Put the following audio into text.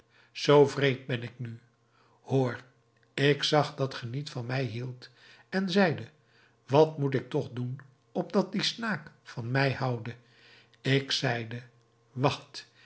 zoo wreed ben ik nu hoor ik zag dat ge niet van mij hieldt en zeide wat moet ik toch doen opdat die snaak van mij houde ik zeide wacht